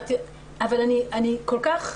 אבל אני כל כך,